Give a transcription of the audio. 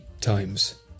times